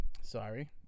sorry